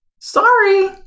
Sorry